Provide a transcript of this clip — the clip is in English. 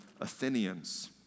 Athenians